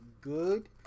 good